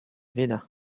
wyda